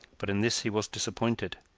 but in this he was disappointed.